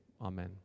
Amen